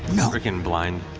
matt freaking blind.